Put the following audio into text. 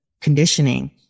conditioning